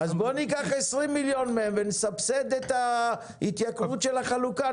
אז בוא ניקח 20 מיליון ₪ מהם ונסבסד את ההתייקרות של החלוקה.